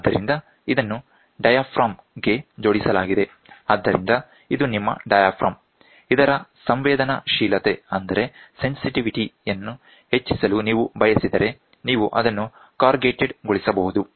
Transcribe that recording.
ಆದ್ದರಿಂದ ಇದನ್ನು ಡಯಾಫ್ರಾಮ್ ಗೆ ಜೋಡಿಸಲಾಗಿದೆ ಆದ್ದರಿಂದ ಇದು ನಿಮ್ಮ ಡಯಾಫ್ರಾಮ್ ಇದರ ಸಂವೇದನಾಶೀಲತೆಯನ್ನು ಹೆಚ್ಚಿಸಲು ನೀವು ಬಯಸಿದರೆ ನೀವು ಅದನ್ನು ಕಾರ್ರುಗೇಟೆಡ್ ಗೊಳಿಸಬಹುದು